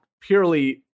purely